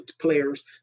players